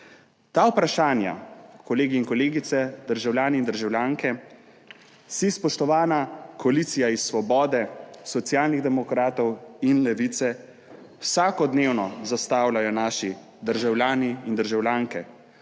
Ta vprašanja, kolegi in kolegice, državljani in državljanke, si, spoštovana koalicija iz Svobode, Socialnih demokratov in Levice, vsakodnevno zastavljajo naši državljani in državljanke: